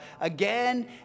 again